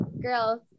Girls